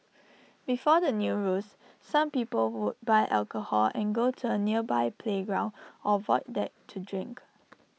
before the new rules some people would buy alcohol and go to A nearby playground or void deck to drink